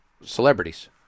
celebrities